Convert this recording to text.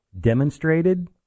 demonstrated